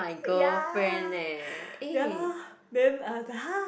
ya ya lor then I was like !huh!